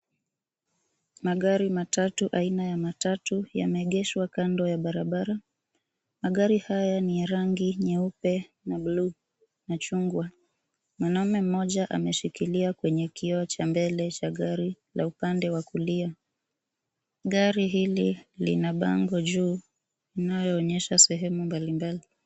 Magari matatu aina ya matatu yameegeshwa kando ya barabara. Magari haya ni ya rangi nyeupe na bluu na chungwa. Mwanaume mmoja ameshikilia kwenye kioo cha mbele cha gari la upande wa kulia, Gari hili ina bango juu inayoonyesha sehemu mbalimbali.